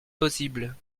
possible